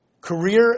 Career